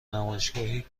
نمایشگاهی